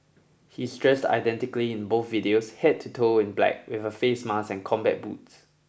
he's dressed identically in both videos head to toe in black with a face mask and combat boots